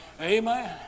Amen